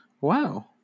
wow